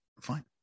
fine